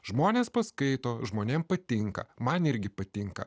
žmonės paskaito žmonėms patinka man irgi patinka